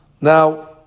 Now